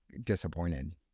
disappointed